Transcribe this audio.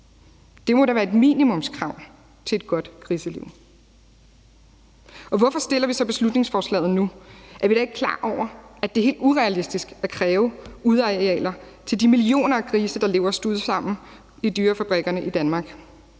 det må da være et minimumskrav til et godt griseliv. Hvorfor stiller vi så beslutningsforslaget nu? Er vi da ikke klar over, at det er helt urealistisk at kræve udearealer til de millioner af grise, der lever stuvet sammen i dyrefabrikkerne i Danmark?